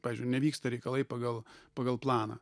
pavyzdžiui nevyksta reikalai pagal pagal planą